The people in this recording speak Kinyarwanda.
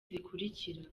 zikurikira